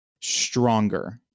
stronger